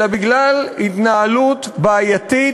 אלא בגלל התנהלות בעייתית,